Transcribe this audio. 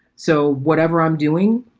so whatever i'm doing,